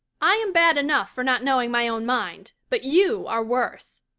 i am bad enough for not knowing my own mind, but you are worse,